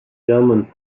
germans